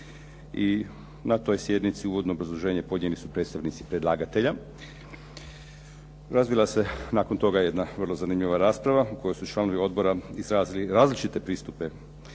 I na toj sjednici uvodno obrazloženje podnijeli su predstavnici predlagatelja. Razvila se nakon toga jedna vrlo zanimljiva rasprava u kojoj su članovi odbora izrazili različite pristupe